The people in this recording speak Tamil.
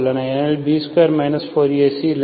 ஏனெனில் B2 4AC0